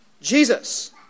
Jesus